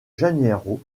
janeiro